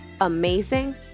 amazing